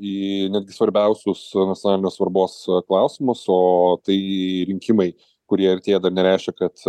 į netgi svarbiausius nacionalinės svarbos klausimus o tai rinkimai kurie artėja dar nereiškia kad